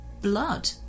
blood